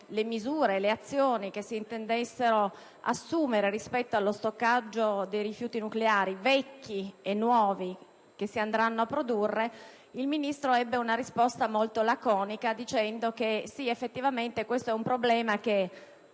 le misure e le azioni che si intendessero assumere rispetto allo stoccaggio dei rifiuti nucleari vecchi e nuovi che si andranno a produrre, il Ministro ha dato una risposta molto laconica dicendo che effettivamente il problema